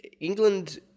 England